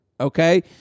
okay